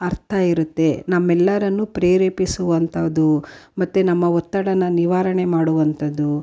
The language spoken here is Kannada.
ಅರ್ಥ ಇರುತ್ತೆ ನಮ್ಮೆಲ್ಲರನ್ನು ಪ್ರೇರೆಪಿಸುವಂಥದ್ದು ಮತ್ತು ನಮ್ಮ ಒತ್ತಡವನ್ನ ನಿವಾರಣೆ ಮಾಡುವಂಥದ್ದು